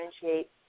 differentiate